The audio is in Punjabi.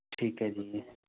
ਠੀਕ ਐ ਜੀ